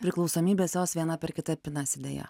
priklausomybės jos viena per kitą pinasi deja